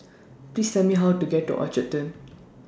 Please Tell Me How to get to Orchard Turn